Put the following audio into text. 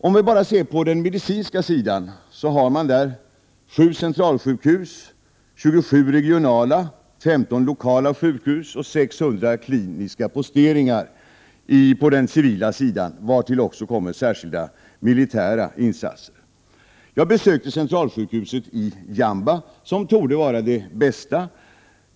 Om vi bara ser på den medicinska sidan, kan jag nämna att man där har 7 centralsjukhus, 27 regionala sjukhus, 15 lokala sjukhus och 600 kliniska posteringar på den civila sidan, vartill också kommer särskilda militära insatser. Jag besökte centralsjukhuset i Jamba, som torde vara det bästa.